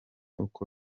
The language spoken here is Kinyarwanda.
uko